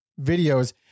videos